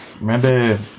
Remember